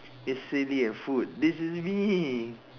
it's silly and food this is me